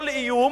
כל איום,